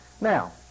Now